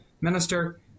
Minister